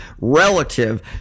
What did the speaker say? relative